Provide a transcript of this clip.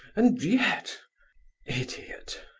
and yet idiot!